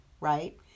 right